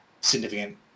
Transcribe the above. significant